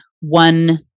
one